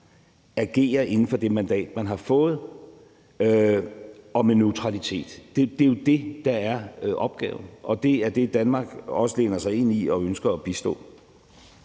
agerer inden for det mandat, man har fået, og med neutralitet. Det er jo det, der er opgaven, og det er det, Danmark også læner sig ind i og ønsker at bistå.